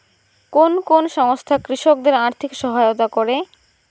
কোন কোন সংস্থা কৃষকদের আর্থিক সহায়তা করে?